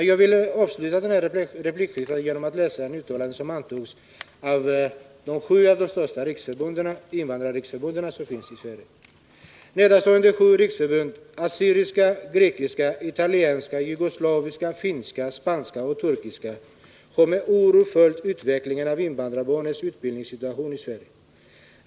Jag vill avsluta detta replikskifte genom att läsa upp ett uttalande som gjordes av de sju största invandrarriksförbund som är verksamma i Sverige: ”Nedanstående sju riksförbund, assyriska, grekiska, italienska, jugoslaviska, finska, spanska och turkiska, har med oro följt utvecklingen av invandrarbarnens utbildningssituation i Sverige.